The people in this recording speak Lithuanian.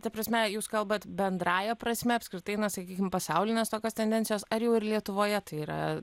ta prasme jūs kalbat bendrąja prasme apskritai na sakykim pasaulinės tokios tendencijos ar jau ir lietuvoje tai yra